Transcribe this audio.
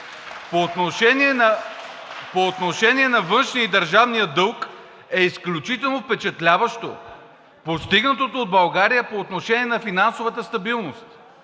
„По отношение на външния и държавния дълг е изключително впечатляващо постигнатото от България по отношение на финансовата стабилност.